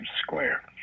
Square